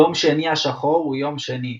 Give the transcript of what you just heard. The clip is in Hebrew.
יום שני השחור הוא יום שני,